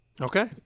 Okay